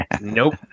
Nope